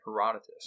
Herodotus